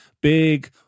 big